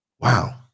wow